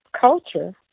culture